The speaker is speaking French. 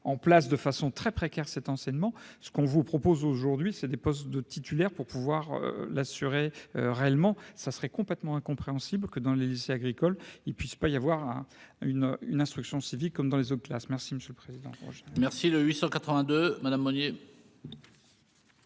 en place de façon très précaire cet enseignement, ce qu'on vous propose aujourd'hui, c'est des postes de titulaires pour pouvoir l'assurer réellement ça serait complètement incompréhensible que dans les lycées agricoles, il puisse pas y avoir une une instruction civique comme dans les autres classes, merci monsieur le président bonjour. Merci le 882 madame Meunier.